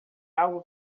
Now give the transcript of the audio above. algo